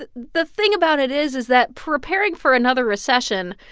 the the thing about it is is that preparing for another recession,